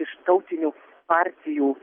iš tautinių partijų